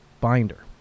binder